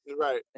Right